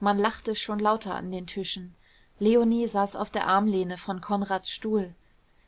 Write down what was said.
man lachte schon lauter an den tischen leonie saß auf der armlehne von konrads stuhl